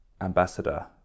ambassador